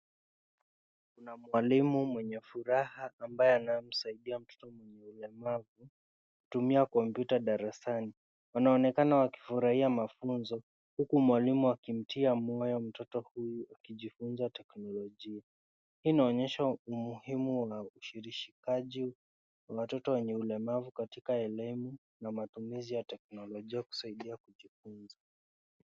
Kuna mwalimu mwenye furaha ambaye anamsaidia mtoto mwenye ulemavu kutumia kompyuta darasani. Wanaonekana wakifurahia mafunzo, huku mwalimu akimtia moyo mtoto huyu akijifunza teknolojia. Hii inaonyesha umuhimu wa ushirikishaji wa watoto wenye ulemavu katika elimu na matumizi ya teknolojia kusaidia kujifunza.